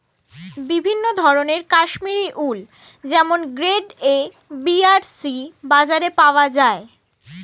বিভিন্ন ধরনের কাশ্মীরি উল যেমন গ্রেড এ, বি আর সি বাজারে পাওয়া যায়